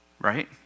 right